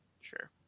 sure